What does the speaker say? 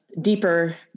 deeper